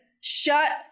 shut